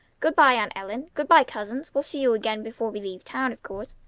good-by, aunt ellen! good-by, cousins! we'll see you again before we leave town, of course.